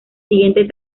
siguientes